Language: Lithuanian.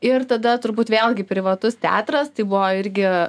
ir tada turbūt vėlgi privatus teatras tai buvo irgi